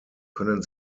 können